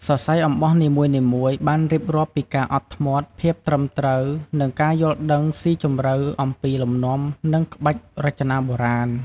សរសៃអំបោះនីមួយៗបានរៀបរាប់ពីការអត់ធ្មត់ ភាពត្រឹមត្រូវ និងការយល់ដឹងស៊ីជម្រៅអំពីលំនាំ និងក្បាច់រចនាបុរាណ។